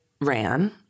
ran